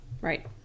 right